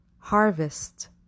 Harvest